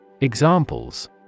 Examples